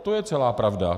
To je celá pravda.